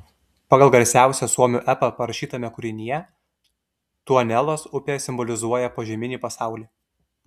pagal garsiausią suomių epą parašytame kūrinyje tuonelos upė simbolizuoja požeminį pasaulį